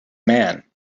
man